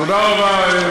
תודה רבה,